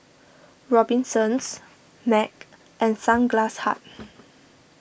Robinsons Mac and Sunglass Hut